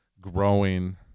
growing